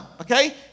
Okay